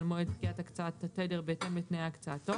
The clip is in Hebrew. מועד פקיעת הקצאת התדר בהתאם לתנאי הקצאתו